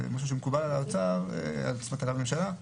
משהו שמקובל על האוצר ועל --- הממשלה,